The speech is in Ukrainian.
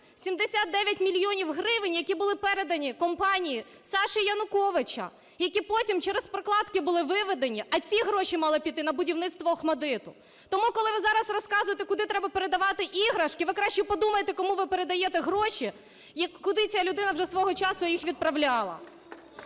79 мільйонів гривень, які були передані компанії Саші Януковича. Які потім через прокладки було виведені, а ці гроші мали піти на будівництво "Охматдиту". Тому, коли ви зараз розказуєте, куди треба передавати іграшки, ви краще подумайте, кому ви передаєте гроші, і куди ця людина вже свого часу їх відправляла.